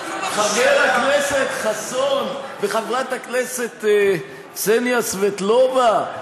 חבר הכנסת חסון וחברת הכנסת קסניה סבטלובה,